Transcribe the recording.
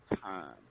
time